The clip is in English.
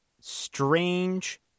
strange